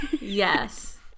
Yes